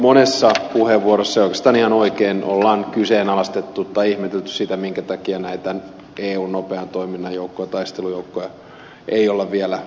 monessa puheenvuorossa ja oikeastaan ihan oikein on kyseenalaistettu tai ihmetelty sitä minkä takia eun nopean toiminnan joukkoja taistelujoukkoja ei ole vielä käytetty